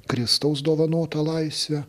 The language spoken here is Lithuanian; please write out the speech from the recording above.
kristaus dovanotą laisvę